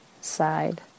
side